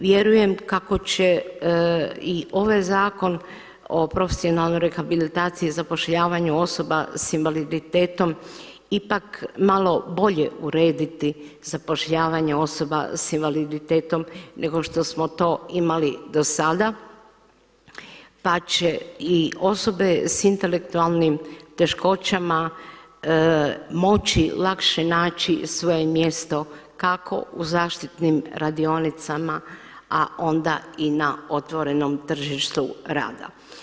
Vjerujem kako će i ovaj Zakon o profesionalnoj rehabilitaciji, zapošljavanju osoba sa invaliditetom ipak malo bolje urediti zapošljavanje osoba sa invaliditetom nego što smo to imali do sada, pa će i osobe sa intelektualnim teškoćama moći lakše naći svoje mjesto kako u zaštitnim radionicama, a onda i na otvorenom tržištu rada.